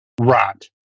Right